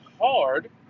hard